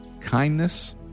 kindness